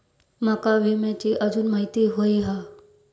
माका विम्याची आजून माहिती व्हयी हा?